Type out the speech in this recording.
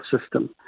system